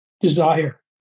desire